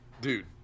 Dude